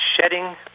shedding